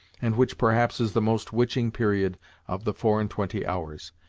and which perhaps is the most witching period of the four and twenty hours.